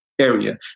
area